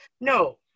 No